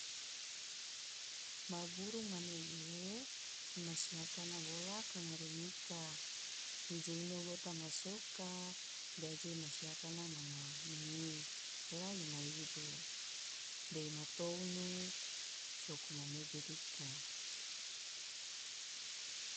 Ma burung manege i masi akana wola ka ngarum ika, ije ino gota ma soka, de aje i ma si akana manga ngi la i maidu de i ma tounu soko manege dika.